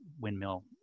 windmill